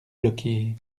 bloquée